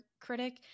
critic